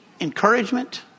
encouragement